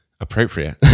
Appropriate